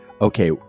okay